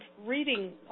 reading